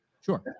sure